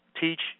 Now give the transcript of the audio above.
teach